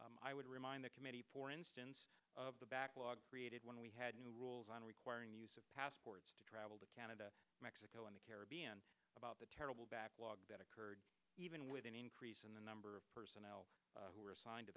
problems i would remind the committee for instance of the backlog created when we had new rules on requiring use of passports to travel to canada mexico and the caribbean about the terrible backlog that occurred even with an increase in the number of personnel who were assigned to